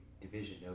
division